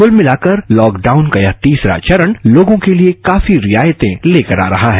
कुल मिलाकर लॉकडाउन गया तीसरा चरण लोगों के लिए काफी रियायतें लेकर आ रहा है